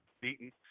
beaten